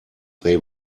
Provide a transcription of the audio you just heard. they